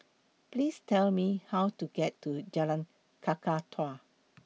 Please Tell Me How to get to Jalan Kakatua